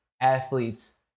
athletes